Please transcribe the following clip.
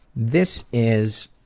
this is